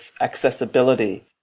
accessibility